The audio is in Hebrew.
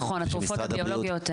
נכון, התרופות הביולוגיות.